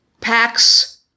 packs